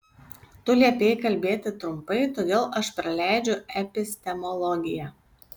tu liepei kalbėti trumpai todėl aš praleidžiu epistemologiją